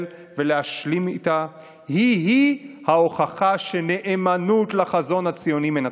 ולהשלים איתה היא-היא ההוכחה שנאמנות לחזון הציוני מנצחת,